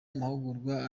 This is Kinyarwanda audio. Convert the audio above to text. mahugurwa